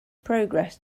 progress